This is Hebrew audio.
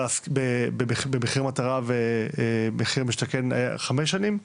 ב"מחיר מטרה" ו"מחיר למשתכן" לחמש שנים,